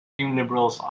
liberals